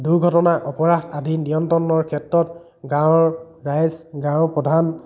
দুৰ্ঘটনা অপৰাধ আদি নিয়ন্ত্ৰণৰ ক্ষেত্ৰত গাঁৱৰ ৰাইজ গাঁৱৰ প্ৰধান